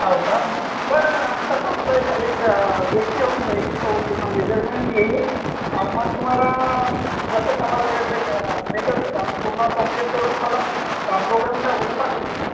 हो का बरं बरं आमचं शॉपचं एक एक व्यक्ती येऊन जाईल तो पूर्ण मेजरमेंट घेईल आणि मग तुम्हाला जसं कामाला वेळ भेटं भेटेल तसं आम्ही पूर्ण कंप्लेट करून तुम्हाला प्रोग्रामच्या अगोदर पाठवून देईन